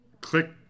click